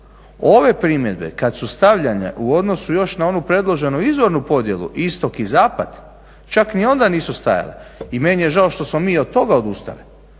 Ove primjedbe kad su stavljene u odnosu još na onu predloženu izvornu podjelu istok i zapad, čak ni onda nisu stajale i meni je žao što smo mi od toga odustali,